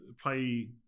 play